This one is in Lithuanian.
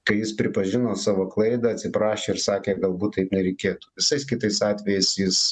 kai jis pripažino savo klaidą atsiprašė ir sakė galbūt taip nereikėtų visais kitais atvejais jis